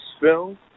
Film